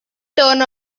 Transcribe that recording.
turn